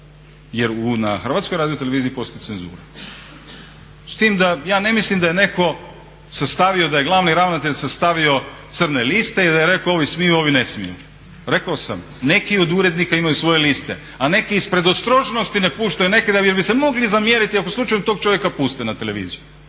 jer na HRT-u postoji cenzura s tim da ja ne mislim da je netko sastavio, da je glavni ravnatelj sastavio crne liste i da je rekao ovi smiju, ovi ne smiju. Rekao sam, neki od urednika imaju svoje liste, a neki iz predostrožnosti ne puštaju neke jer bi se mogli zamjeriti ako slučajno tog čovjeka puste na televiziju.